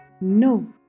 No